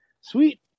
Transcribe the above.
Sweet